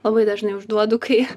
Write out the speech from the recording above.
labai dažnai užduodu kai